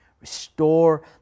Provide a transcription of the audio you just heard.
restore